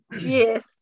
yes